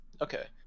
Okay